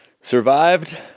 Survived